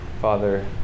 Father